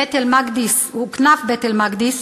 בית אל-מקדס ואכנאף בית אל-מקדס,